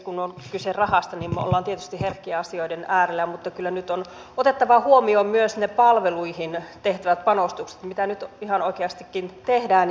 kun on kyse rahasta niin me olemme tietysti herkkien asioiden äärellä mutta kyllä nyt on otettava huomioon myös ne palveluihin tehtävät panostukset mitä nyt ihan oikeastikin tehdään